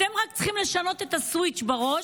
אתם רק צריכים לשנות את הסוויץ' בראש,